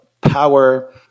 power